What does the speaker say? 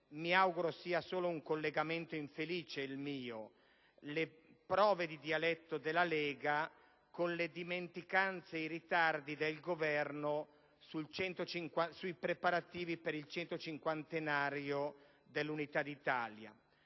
mi auguro sia solo un collegamento infelice, il mio - le prove di dialetto della Lega non andrebbero male con le dimenticanze e i ritardi del Governo nei preparativi per il centocinquantenario dell'Unità d'Italia.